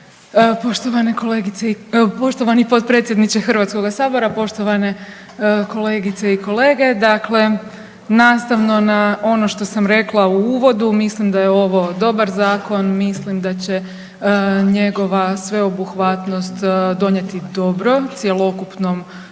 poštovani potpredsjedniče Hrvatskog sabora, poštovane kolegice i kolege, dakle nastavno na ono što sam rekla u uvodu, mislim da je ovo dobar zakon, mislim da će njegova sveobuhvatnost donijeti dobro cjelokupnom